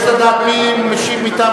מיהו המשיב מטעם